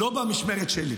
לא במשמרת שלי.